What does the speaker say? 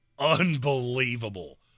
unbelievable